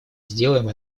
сделаем